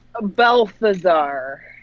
Balthazar